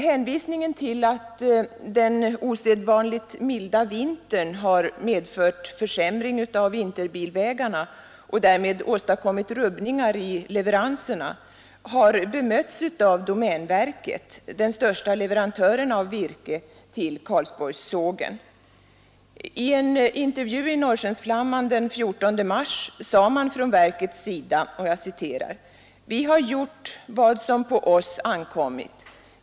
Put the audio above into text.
Hänvisningen till att den osedvanligt milda vintern har medfört försämring av vinterbilvägarna och därmed åstadkommit rubbningar i leveranserna har bemötts av domänverket, den största leverantören av virke till Karlsborgssågen. I en intervju i Norrskensflamman den 14 mars sade man från verkets sida: ”Vi har gjort vad som på oss ankommit.